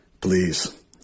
please